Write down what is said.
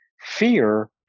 Fear